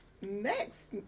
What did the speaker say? next